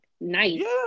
nice